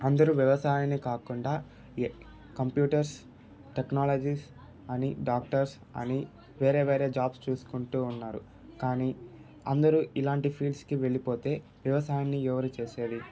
అందరు వ్యవసాయాన్ని కాకుండా యా కంప్యూటర్స్ టెక్నాలజీస్ అని డాక్టర్స్ అని వేరే వేరే జాబ్స్ చూసుకుంటు ఉన్నారు కానీ అందరు ఇలాంటి ఫీల్డ్స్కి వెళ్ళిపోతే వ్యవసాయాన్ని ఎవరు చేసేది